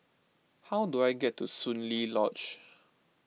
how do I get to Soon Lee Lodge